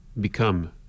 become